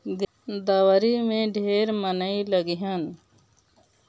दँवरी में ढेर मनई लगिहन